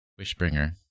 Wishbringer